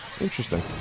Interesting